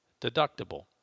deductible